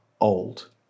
old